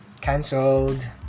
Cancelled